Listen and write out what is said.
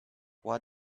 what